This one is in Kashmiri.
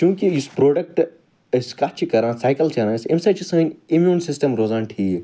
چونٛکہ یُس پروڈَکٹہٕ أسۍ کتھ چھِ کَران سایکَل چَلانَس اَمہِ سۭتۍ چھِ سٲنۍ امیٛوٗن سِسٹَم روزان ٹھیٖک